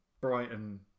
Brighton